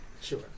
Sure